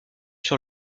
sur